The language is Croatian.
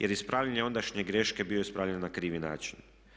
Jer ispravljanje ondašnje greške bilo je ispravljanje na krivi način.